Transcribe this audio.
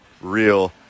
real